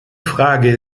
frage